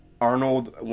Arnold